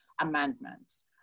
amendments